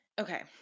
okay